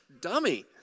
dummy